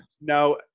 now